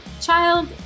child